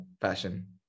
fashion